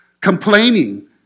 complaining